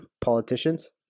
politicians